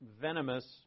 venomous